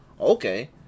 okay